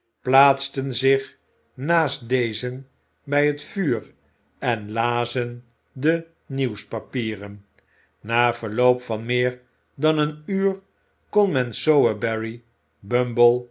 plaatsten zich naast dezen bij het vuur en lazen de nieuwspapieren na verloop van meer dan een uur kon men sowerberry bumble